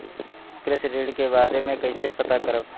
कृषि ऋण के बारे मे कइसे पता करब?